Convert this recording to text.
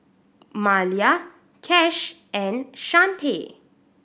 Malia Cash and Chante